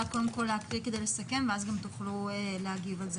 להקריא את הסיכום, ואז תוכלו להגיב.